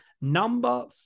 Number